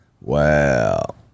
Wow